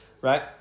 right